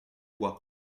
bois